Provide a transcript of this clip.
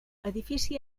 edifici